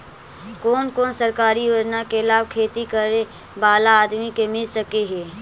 कोन कोन सरकारी योजना के लाभ खेती करे बाला आदमी के मिल सके हे?